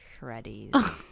shreddies